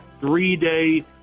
three-day